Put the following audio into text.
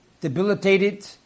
debilitated